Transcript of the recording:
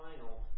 final